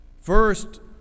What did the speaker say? First